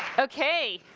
okay!